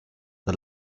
the